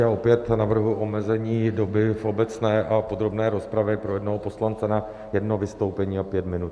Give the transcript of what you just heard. Opět navrhuji omezení doby v obecné a podrobné rozpravě pro jednoho poslance na jedno vystoupení a pět minut.